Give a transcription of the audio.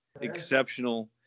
exceptional